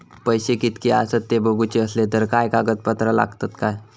पैशे कीतके आसत ते बघुचे असले तर काय कागद पत्रा लागतात काय?